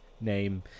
name